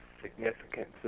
significant